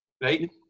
Right